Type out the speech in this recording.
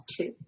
Two